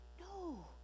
no